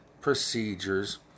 procedures